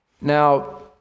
Now